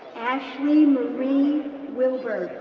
ashley marie wilbur,